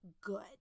good